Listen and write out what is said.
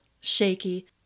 shaky